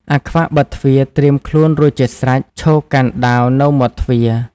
អាខ្វាក់ បិទទ្វារត្រៀមខ្លួនរួចជាស្រេច ឈរកាន់ដាវនៅមាត់ទ្វារ។